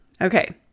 okay